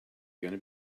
gonna